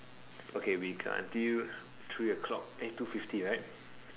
okay we got until three o-clock eh two fifty right